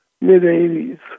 mid-80s